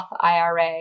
IRA